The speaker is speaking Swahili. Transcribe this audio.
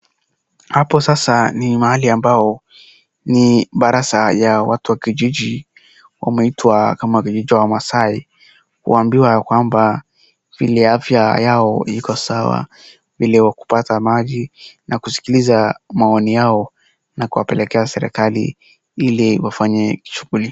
Hapo sasa ni mahali ambapo ni baraza ya watu wa kijiji, wameitwa kama kuitwa maasai kuambiwa ya kwamba vile afya yao iko sawa vile ya kupata maji na kusikiliza maoni yao na kuwapelekea serikali ili wafanye shughuli.